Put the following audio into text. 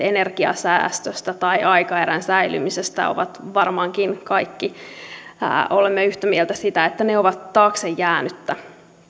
energiasäästöstä tai aikaeron säilymisestä varmaankin kaikki olemme yhtä mieltä siitä että ne ovat taakse jäänyttä